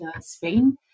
Spain